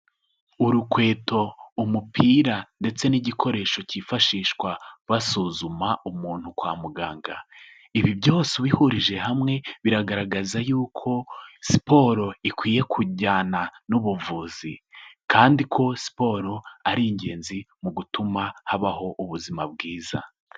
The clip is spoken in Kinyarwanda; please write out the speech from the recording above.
Urukweto, umupira ndetse n'igikoresho kifashishwa basuzuma umuntu kwa muganga. Ibi byose ubihurije hamwe biragaragaza yuko siporo ikwiye kujyana n'ubuvuzi kandi ko siporo ari ingenzi mu gutuma habaho ubuzima bwiza.